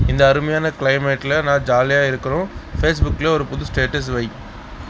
இந்த அருமையான கிளைமேட்டில் நான் ஜாலியாக இருக்கணும் ஃபேஸ்புக்கில் ஒரு புது ஸ்டேட்டஸ் வை